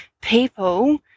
people